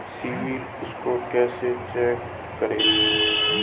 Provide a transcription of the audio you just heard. CIBIL score कैसे check करें?